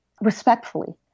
respectfully